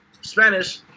Spanish